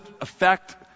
affect